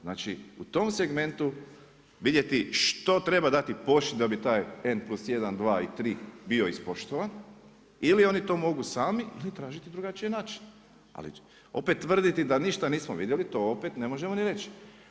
Znači u tom segmentu vidjeti što treba dati pošti da bi taj N+1, 2 i 3 bio ispoštovan ili to mogu sami ili tražiti drugačije načine, ali opet tvrditi da ništa nismo vidjeli, to opet ne možemo ni reći.